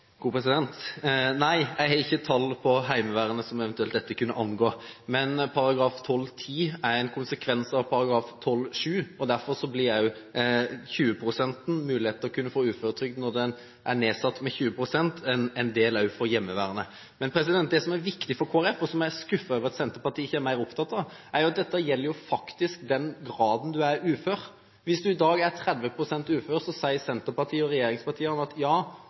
Nei, jeg har ikke tall på andelen hjemmeværende som dette eventuelt kunne angå. Men § 12-10 er en konsekvens av § 12-7, og derfor blir det en mulighet til å kunne få uføretrygd når arbeidsevnen er nedsatt med 20 pst., også for hjemmeværende. Det som er viktig for Kristelig Folkeparti, og som jeg er skuffet over at Senterpartiet ikke er mer opptatt av, er at dette faktisk gjelder den graden du er ufør. Hvis du i dag er 30 pst. ufør, sier Senterpartiet og regjeringspartiene: Ja,